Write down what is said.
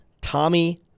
Tommy